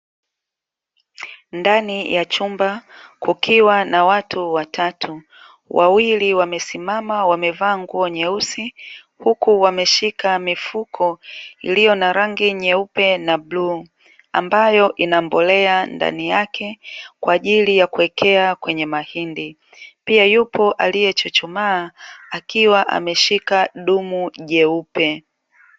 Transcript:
Ndani ya chumba kukiwa na watu watatu, wawili wamesimama wamevaa nguo nyeusi huku wameshika mifuko iliyo na rangi nyeupe na bluu ambayo ina mbolea ndani yake kwa ajili ya kuwekea kwenye mahindi, pia yupo aliye chuchumaa akiwa ameshika dumu jeupe.